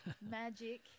magic